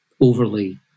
overly